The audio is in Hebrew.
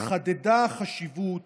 התחדדה החשיבות